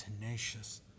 tenacious